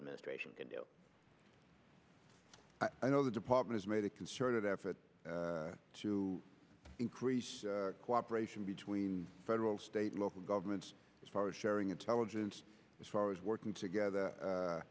administration can do i know the department has made a concerted effort to increase cooperation between federal state and local governments as far as sharing intelligence as far as working together